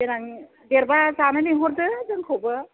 देनां देरोबा जानो लिंहरदो जोंखौबो